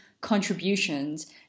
contributions